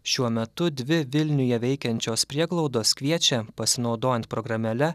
šiuo metu dvi vilniuje veikiančios prieglaudos kviečia pasinaudojant programėle